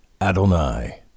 Adonai